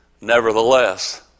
Nevertheless